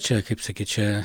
čia kaip sakyt čia